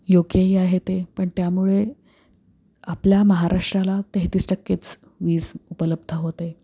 योग्यही आहे ते पण त्यामुळे आपल्या महाराष्ट्राला तेहतीस टक्केच वीज उपलब्ध होते